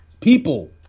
people